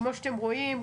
כמו שאתם רואים,